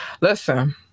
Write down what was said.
Listen